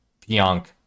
Pionk